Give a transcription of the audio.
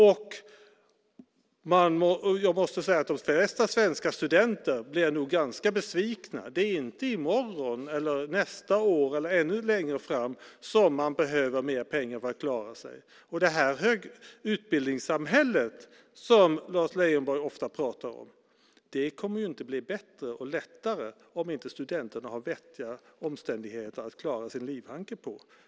Och jag måste säga att de flesta svenska studenter nog blir ganska besvikna. Det är inte i morgon, nästa år eller ännu längre fram som man behöver mer pengar för att klara sig. Det utbildningssamhälle som Lars Leijonborg ofta pratar om kommer det inte att bli bättre och lättare att få fram om studenterna inte har vettiga omständigheter för att klara livhanken.